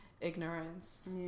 ignorance